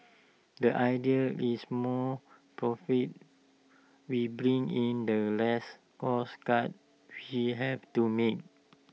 the idea is more profits we bring in the less cost cuts we have to make